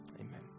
Amen